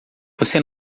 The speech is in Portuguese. você